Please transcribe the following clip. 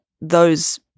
those-